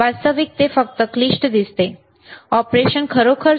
वास्तविक ते फक्त क्लिष्ट दिसते ऑपरेशन खरोखर सोपे आहे बरोबर